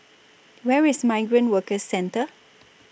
Where IS Migrant Workers Centre